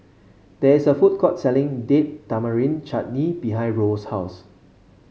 there is a food court selling Date Tamarind Chutney behind Roel's house